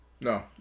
No